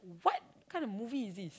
what kind of movie is this